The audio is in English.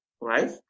right